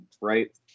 right